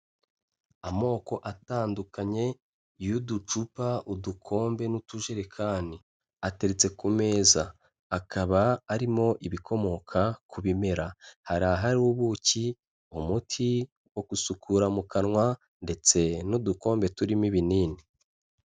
Amoko atandukanye y'uducupa, udukombe n'utujerekani, ateretse ku meza, akaba arimo ibikomoka ku bimera, hari ahari ubuki, umuti wo gusukura mu kanwa, ndetse n'udukombe turimo ibinini.